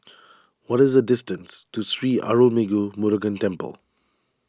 what is the distance to Sri Arulmigu Murugan Temple